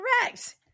correct